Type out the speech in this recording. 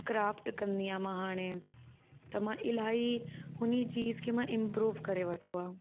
craft कंदी आहियां मां हाणे त मां इलाही हुन चीज़ खे मां इंप्रूव करे वठो आहे